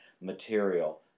material